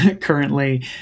currently